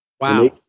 Wow